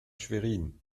schwerin